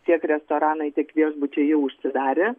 tiek restoranai tiek viešbučiai jau užsidarę